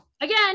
Again